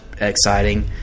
exciting